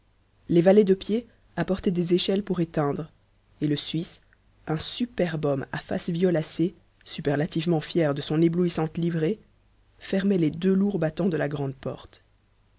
les valets de pied apportaient des échelles pour éteindre et le suisse un superbe homme à face violacée superlativement fier de son éblouissante livrée fermait les deux lourds battants de la grande porte